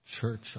church